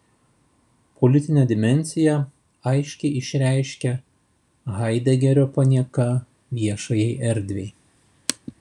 politinę dimensiją aiškiai išreiškia haidegerio panieka viešajai erdvei